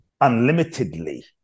unlimitedly